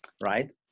right